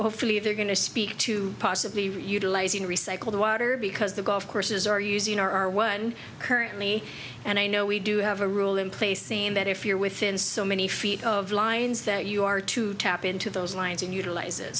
hopefully they're going to speak to possibly real utilizing recycled water because the golf courses are using are one currently and i know we do have a rule in place seen that if you're within so many feet of lines that you are to tap into those lines and utilize